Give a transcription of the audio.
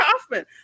Kaufman